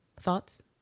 Thoughts